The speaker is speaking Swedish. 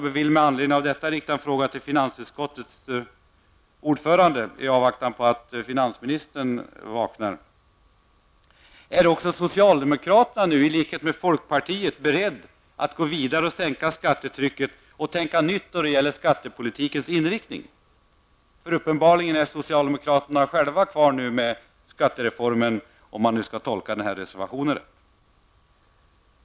Jag vill med anledning av detta rikta en fråga till finansutskottets ordförande, i avvaktan på att finansministern vaknar: Är också socialdemokraterna, i likhet med folkpartiet, nu beredda att gå vidare och sänka skattetrycket och tänka nytt då det gäller skattepolitikens inriktning? Uppenbarligen står socialdemokraterna nu ensamma kvar bakom skattereformen, om man tolkar denna reservation.